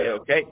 okay